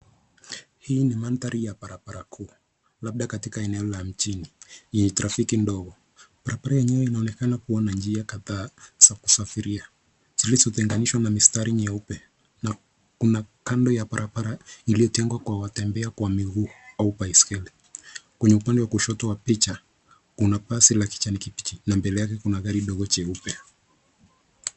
Hii ni mandhari ya barabara kuu labda katika eneo la mjini yenye trafiki ndogo. Barabara yenyewe inaonekana kuwa na njia kadhaa za kusafiria zilizotenganishwa na mistari nyeupe na kuna kando ya barabara iliyotengwa kwa watembea kwa miguu au baiskeli. Kwenye upande wa kushoto wa picha kuna basi la kijani kibichi na mbele yake kuna gari ndogo jeupe.